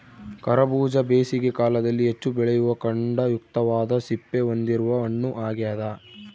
ಕರಬೂಜ ಬೇಸಿಗೆ ಕಾಲದಲ್ಲಿ ಹೆಚ್ಚು ಬೆಳೆಯುವ ಖಂಡಯುಕ್ತವಾದ ಸಿಪ್ಪೆ ಹೊಂದಿರುವ ಹಣ್ಣು ಆಗ್ಯದ